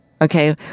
okay